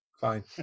Fine